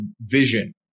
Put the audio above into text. vision